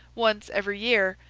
once every year,